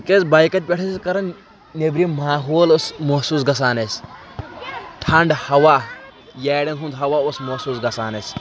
تِکیٛازِ بایکن پٮ۪ٹھ ٲسۍ أسی کران نیٚبرِم ماحول اوس محسوٗس گژھان اَسہِ ٹھنٛڈٕ ہوا یأرن ہُنٛد ہوا اوس محسوٗس گژھان اَسہِ